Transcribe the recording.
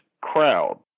crowd